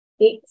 six